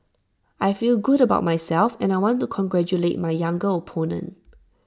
I feel good about myself and I want to congratulate my younger opponent